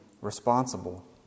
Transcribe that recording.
responsible